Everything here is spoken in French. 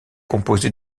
composée